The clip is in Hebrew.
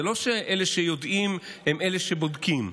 זה לא שאלה שיודעים הם אלה שבודקים.